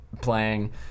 playing